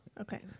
Okay